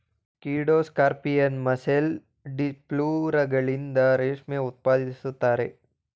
ಸ್ಕಿಡ್ಡೋ scorpion, mussel, ಡಿಪ್ಲುರಗಳಿಂದ ರೇಷ್ಮೆ ಉತ್ಪಾದಿಸುತ್ತಾರೆ